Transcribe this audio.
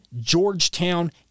Georgetown